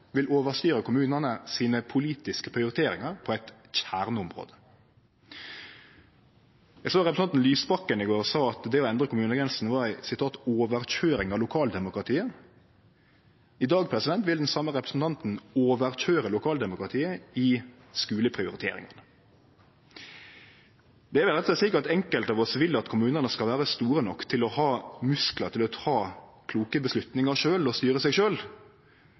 vil overstyre kommunane sine politiske prioriteringar på eit kjerneområde. Representanten Lysbakken sa i går at det å endre kommunegrensene var ei «overkjøring av lokaldemokratiet». I dag vil den same representanten køyre over lokaldemokratiet i skuleprioriteringane. Det er vel rett og slett slik at enkelte av oss som vil at kommunane skal vere store nok til å ha musklar til å ta kloke avgjerder sjølve og styre seg